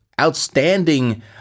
outstanding